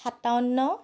সাতাৱন্ন